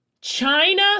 China